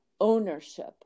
ownership